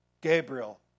Gabriel